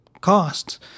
costs